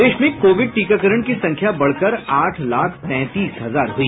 प्रदेश में कोविड टीकाकरण की संख्या बढ़कर आठ लाख तैंतीस हजार हुई